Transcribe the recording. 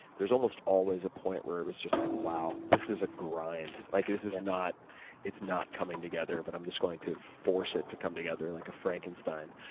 there's almost always a point where it was just like, wow, this is a grind. like this is not it's not coming together, but i'm just going to force it to come together like a frankenstein.